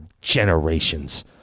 generations